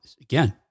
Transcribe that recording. again